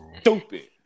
stupid